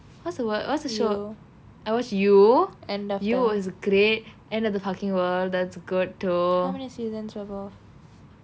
what's the word what's the show I watched you you was great end of the fucking world that's good too